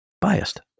biased